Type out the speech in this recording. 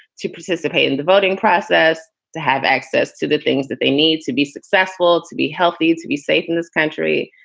to participate in the voting process, to have access to the things that they need to be successful, to be healthy, to be safe in this country.